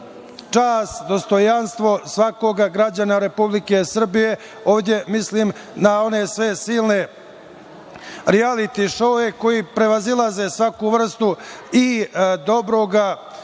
čast, dostojanstvo svakog građanina Republike Srbije. Ovde mislim na one sve silne rijaliti šoue koji prevazilaze svaku vrstu i dobrog